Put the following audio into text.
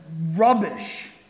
rubbish